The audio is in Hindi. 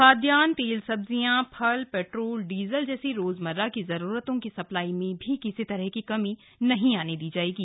खाद्यान्न तेल सब्जियां फल पेट्रोल डीजल जैसी रोजमर्रा की जरूरतों की सप्लाई में भी किसी तरह की कमी नहीं होने दी जाएगी